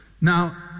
Now